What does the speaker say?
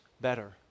better